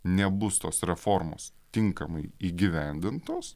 nebus tos reformos tinkamai įgyvendintos